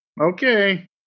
Okay